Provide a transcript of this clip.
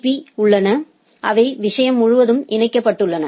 பீ protocols உள்ளது அவை விஷயம் முழுவதும் இணைக்கப்பட்டுள்ளன